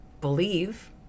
believe